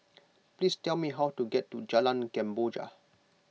please tell me how to get to Jalan Kemboja